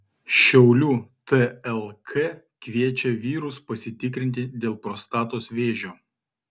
šiaulių tlk kviečia vyrus pasitikrinti dėl prostatos vėžio